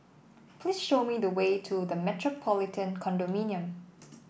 please show me the way to The Metropolitan Condominium